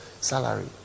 salary